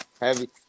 heavy